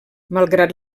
malgrat